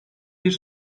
bir